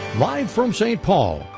live from st. paul,